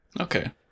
Okay